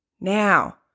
now